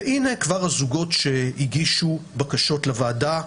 הנה, כבר הזוגות שהגישו בקשות לוועדה ואושרו,